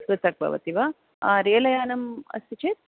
पृथक् भवति वा रेलयानम् अस्ति चेत्